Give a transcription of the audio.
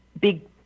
big